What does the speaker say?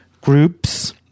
groups